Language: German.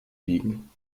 biegen